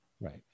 Right